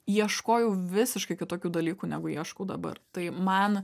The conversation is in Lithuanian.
ieškojau visiškai kitokių dalykų negu ieškau dabar tai man